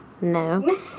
No